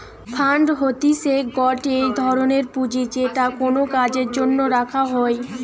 fund হতিছে গটে ধরনের পুঁজি যেটা কোনো কাজের জন্য রাখা হই